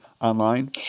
Online